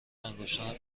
انگشتان